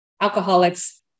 alcoholics